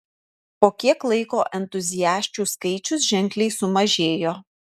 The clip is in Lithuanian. po kiek laiko entuziasčių skaičius ženkliai sumažėjo